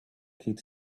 kid